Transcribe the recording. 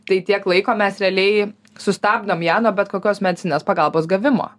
tai tiek laiko mes realiai sustabdom ją nuo bet kokios medicininės pagalbos gavimo